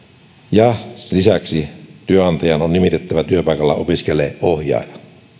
lisäksi työnantajan on nimitettävä työpaikalta opiskelijalle ohjaaja jolloin